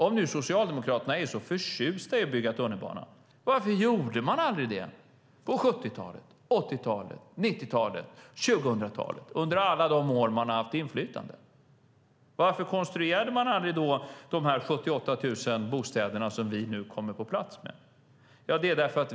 Om nu Socialdemokraterna är så förtjusta i att bygga tunnelbana, varför gjorde de inte det på 70-talet, 80-talet, 90-talet, 2000-talet, under alla de år de hade inflytande? Varför konstruerade de inte de 78 000 bostäder som vi nu får på plats?